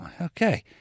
Okay